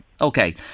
Okay